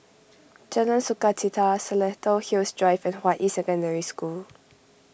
Jalan Sukachita Seletar Hills Drive and Hua Yi Secondary School